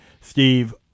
Steve